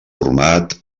format